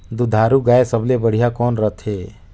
दुधारू गाय सबले बढ़िया कौन रथे?